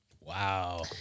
wow